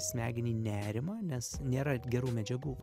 smegenį nerimą nes nėra gerų medžiagų